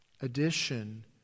Addition